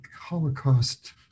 Holocaust